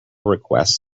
requests